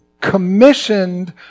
commissioned